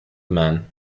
man